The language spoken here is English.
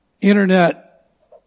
internet